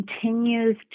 continues